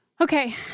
Okay